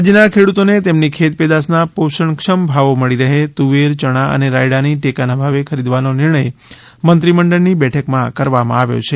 રાજ્યના ખેડૂતોને તેમની ખેતપેદાશના પોષણક્ષમ ભાવો મળી રહે તુવેર ચણા અને રાયડાની ટેકાના ભાવે ખરીદવાનો નિર્ણય મંત્રીમંડળની બેઠકમાં કરવામાં આવ્યો છે